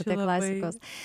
ačiū labai